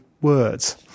words